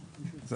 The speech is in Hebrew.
כן.